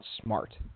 smart